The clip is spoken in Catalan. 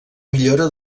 millora